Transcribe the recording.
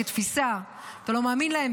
כתפיסה: אתה לא מאמין להם,